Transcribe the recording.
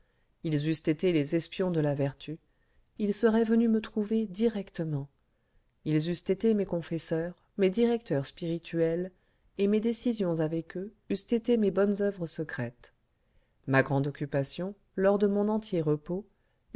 ils eussent été les espions de la vertu ils seraient venus me trouver directement ils eussent été mes confesseurs mes directeurs spirituels et mes décisions avec eux eussent été mes bonnes oeuvres secrètes ma grande occupation lors de mon entier repos